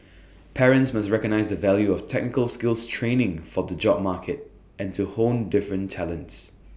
parents must recognise the value of technical skills training for the job market and to hone different talents